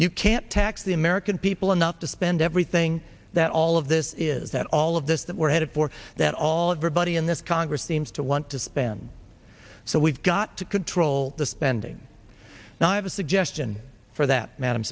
you can't tax the american people enough to spend everything that all of this is that all of this that we're headed for that all everybody in this congress seems to want to spend so we've got to control the spending now have a suggestion for that madam